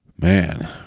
man